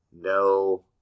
No